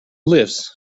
lifts